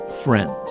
friends